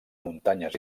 muntanyes